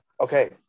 okay